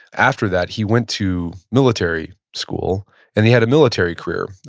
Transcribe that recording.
after that, he went to military school and he had a military career.